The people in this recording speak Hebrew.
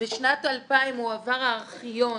2000 הועבר הארכיון